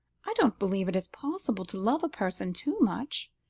i don't believe it is possible to love a person too much,